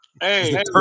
Hey